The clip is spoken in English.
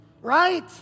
right